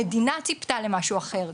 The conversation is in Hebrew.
המדינה ציפתה למשהו אחר.